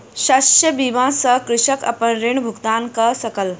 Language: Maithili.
शस्य बीमा सॅ कृषक अपन ऋण भुगतान कय सकल